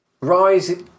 rise